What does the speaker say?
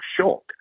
shock